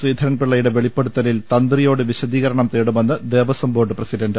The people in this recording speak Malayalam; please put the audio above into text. ശ്രീധരൻപിള്ളയുടെ വെളിപ്പെടുത്തലിൽ തന്ത്രിയോട് വിശദീകരണം തേടുമെന്ന് ദേവസ്വം ബോർഡ് പ്രസിഡന്റ്